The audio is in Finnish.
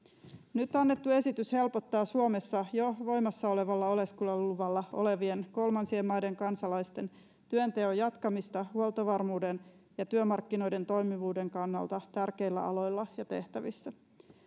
nyt annettu esitys helpottaa suomessa jo voimassa olevalla oleskeluluvalla olevien kolmansien maiden kansalaisten työnteon jatkamista huoltovarmuuden ja työmarkkinoiden toimivuuden kannalta tärkeillä aloilla ja tehtävissä